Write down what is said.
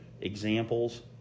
examples